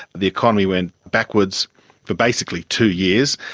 the economy went backwards for basically two years,